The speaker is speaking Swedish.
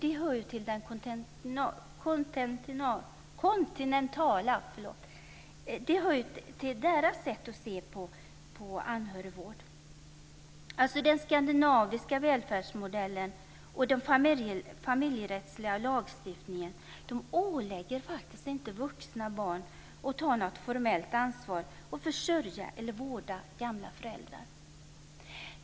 Det hör ju till det kontinentala sättet att se på anhörigvård. Den skandinaviska välfärdsmodellen och den familjerättsliga lagstiftningen ålägger faktiskt inte vuxna barn att ta något formellt ansvar för att försörja eller vårda gamla föräldrar.